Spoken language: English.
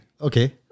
Okay